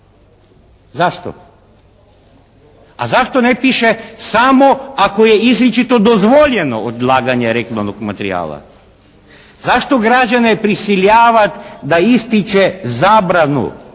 Zašto? A zašto ne piše samo ako je izričito dozvoljeno odlaganje reklamnog materijala? Zašto građane prisiljavati da ističe zabranu